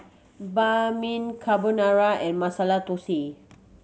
Banh Mi Carbonara and Masala Dosa